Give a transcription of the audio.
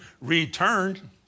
Returned